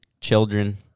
children